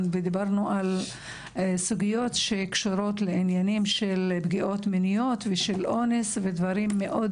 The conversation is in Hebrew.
ודיברנו על סוגיות שקשורות לעניינים של פגיעות מיניות ושל אונס ודברים מאוד